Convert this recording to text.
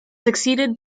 succeeded